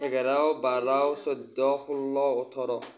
এঘাৰ বাৰ চৈধ্য ষোল্ল ওঠৰ